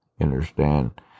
understand